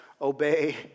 obey